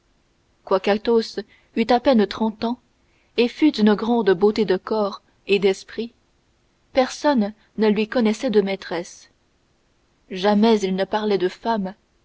athos eût à peine trente ans et fût d'une grande beauté de corps et d'esprit personne ne lui connaissait de maîtresse jamais il ne parlait de femmes